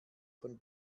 von